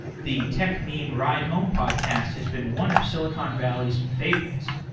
the techmeme ride home podcast has been one of silicon valley's favorites.